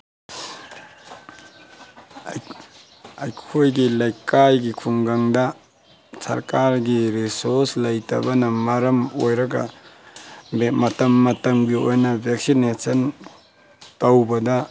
ꯑꯩꯈꯣꯏꯒꯤ ꯂꯩꯀꯥꯏꯒꯤ ꯈꯨꯡꯒꯪꯗ ꯁ꯭ꯔꯀꯥꯔꯒꯤ ꯔꯤꯁꯣꯁ ꯂꯩꯇꯕꯅ ꯃꯔꯝ ꯑꯣꯏꯔꯒ ꯃꯇꯝ ꯃꯇꯝꯒꯤ ꯑꯣꯏꯅ ꯕꯦꯛꯁꯤꯅꯦꯁꯟ ꯇꯧꯕꯗ